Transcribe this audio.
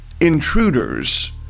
intruders